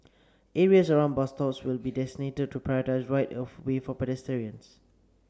areas around bus stops will be designated to prioritise right of way for pedestrians